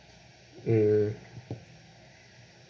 mm